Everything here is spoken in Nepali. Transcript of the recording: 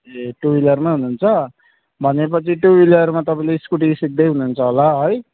ए टु ह्विलरमा हुनुहुन्छ भनेपछि टु ह्विलरमा तपाईँले स्कुटी सिक्दै हुनुहुन्छ होला है